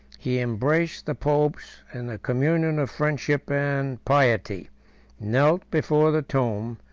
he embraced the popes in the communion of friendship and piety knelt before the tomb,